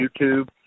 YouTube